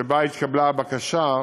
שם התקבלה הבקשה,